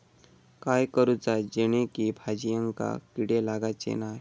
काय करूचा जेणेकी भाजायेंका किडे लागाचे नाय?